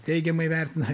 teigiamai vertina